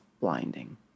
blinding